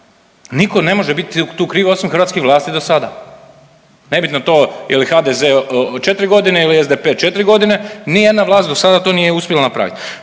Nitko ne može biti tu kriv osim hrvatskih vlasti do sada. Nebitno to je li HDZ-e 4 godine ili SDP-e 4 godine, ni jedna vlast do sada to nije uspjela napraviti.